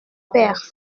pères